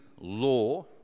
law